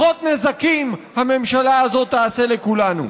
פחות נזקים הממשלה הזאת תעשה לכולנו.